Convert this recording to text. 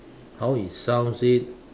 how it sounds it